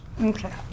Okay